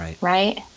right